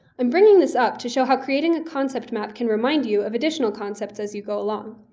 i'm bringing this up to show how creating a concept map can remind you of additional concepts as you go along.